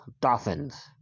Dolphins